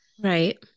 Right